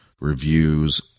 reviews